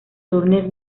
turner